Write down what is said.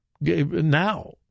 now